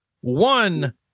one